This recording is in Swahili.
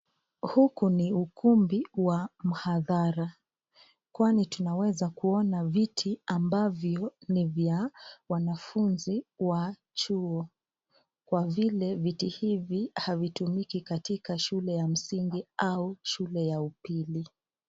Huku ni ukumbi wa mhadhara, kwani tunaweza kuona viti ambavyo ni vya wanafunzi wa chuo, kwa vile viti hivi havitumiki katika shule ya msingi au shule ya upili